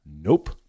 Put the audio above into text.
nope